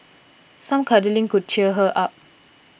some cuddling could cheer her up